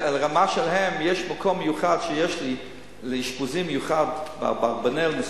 לרמה שלהם יש מקום מיוחד שיש לי לאשפוזים מהסוג הזה ב"אברבנאל".